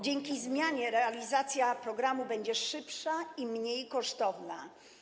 Dzięki tym zmianom realizacja programu będzie szybsza i mniej kosztowna.